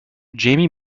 jamie